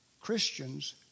Christians